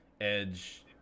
Edge